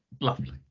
Lovely